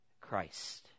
Christ